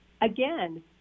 Again